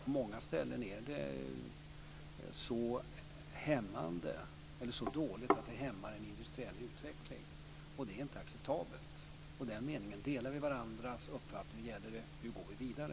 På många ställen är det så dåligt att det hämmar en industriell utveckling. Det är inte acceptabelt. I den meningen delar vi varandras uppfattning. Nu gäller det hur vi går vidare.